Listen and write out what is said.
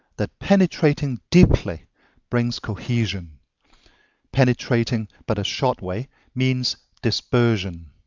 that penetrating deeply brings cohesion penetrating but a short way means dispersion.